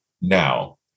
Now